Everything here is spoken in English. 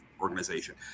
organization